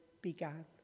began